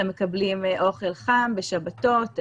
הם מקבלים אוכל חם בשבתות,